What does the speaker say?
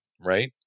right